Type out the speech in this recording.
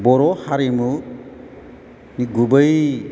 बर' हारिमुनि गुबै